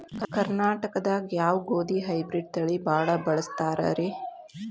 ಕರ್ನಾಟಕದಾಗ ಯಾವ ಗೋಧಿ ಹೈಬ್ರಿಡ್ ತಳಿ ಭಾಳ ಬಳಸ್ತಾರ ರೇ?